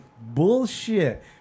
bullshit